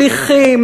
שליחים,